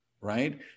right